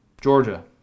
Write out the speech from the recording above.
Georgia